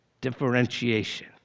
Differentiation